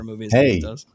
hey